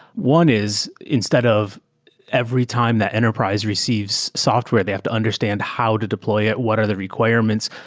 one is instead of every time the enterprise receives software, they have to understand how to deploy it. what are the requirements?